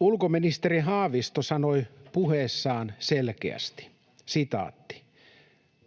Ulkoministeri Haavisto sanoi puheessaan selkeästi: